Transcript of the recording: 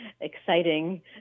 exciting